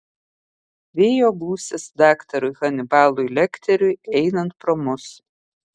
vėjo gūsis daktarui hanibalui lekteriui einant pro mus